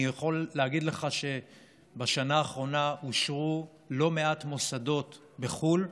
אני יכול להגיד לך שבשנה האחרונה אושרה הכרה של לא מעט מוסדות בחו"ל,